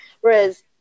Whereas